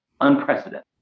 unprecedented